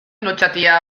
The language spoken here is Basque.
lotsatia